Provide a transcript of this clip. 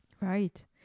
Right